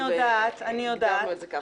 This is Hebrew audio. אני יודעת, אני יודעת.